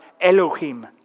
Elohim